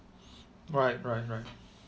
right right right